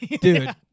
dude